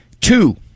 Two